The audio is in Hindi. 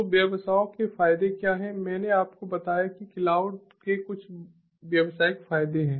तो व्यवसायों के फायदे क्या हैं मैंने आपको बताया कि क्लाउड के कुछ व्यावसायिक फायदे हैं